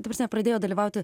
ta prasme pradėjo dalyvauti